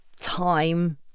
time